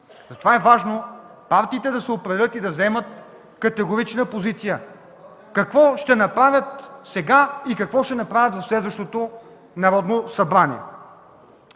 Затова е важно партиите да се определят и да заемат категорична позиция какво ще направят сега и в следващото Народно събрание.